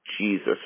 Jesus